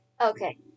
Okay